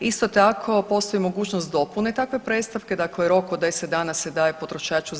Isto tako postoji mogućnost dopune takve predstavke, dakle rok od 10 dana se daje potrošaču